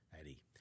Eddie